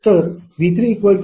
तर V3 0